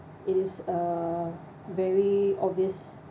it is uh very obvious